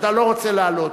אתה לא רוצה לעלות.